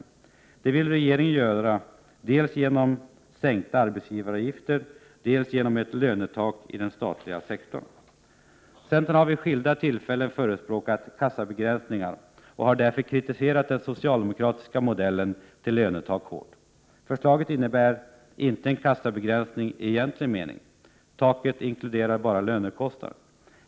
Detta vill regeringen göra dels genom sänkta arbetsgivaravgifter, dels genom ett lönetak i den statliga sektorn. Centern har vid skilda tillfällen förespråkat kassabegränsningar och har därför kritiserat den socialdemokratiska modellen till lönetak hårt. Förslaget innebär inte en kassabegränsning i egentlig mening. Taket inkluderar bara lönekostnaden.